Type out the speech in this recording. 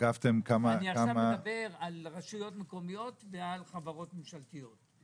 אני עכשיו מדבר על רשויות מקומיות ועל חברות ממשלתיות.